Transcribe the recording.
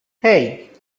hey